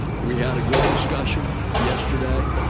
we had a good discussion yesterday.